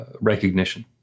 recognition